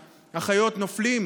החיות, נופלים